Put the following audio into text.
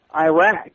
Iraq